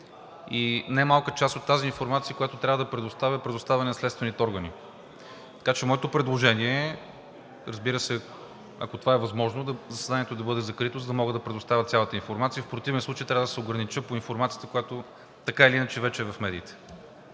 и не малка част от тази информация, която трябва да предоставя, е предоставена на следствените органи. Така че моето предложение е, разбира се, ако това е възможно, заседанието да бъде закрито, за да мога да предоставя цялата информация. В противен случай трябва да се огранича по информацията, която така или иначе вече е в медиите.